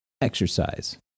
Exercise